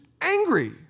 angry